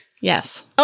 Yes